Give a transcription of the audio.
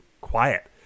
quiet